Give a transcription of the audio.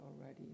already